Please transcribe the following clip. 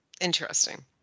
interesting